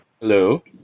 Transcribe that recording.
Hello